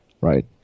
right